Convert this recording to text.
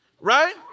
right